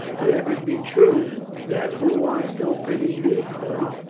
but if it be true that who wants no pity needs none,